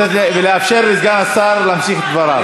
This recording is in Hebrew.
נא להירגע, ולתת ולאפשר לסגן השר להמשיך את דבריו.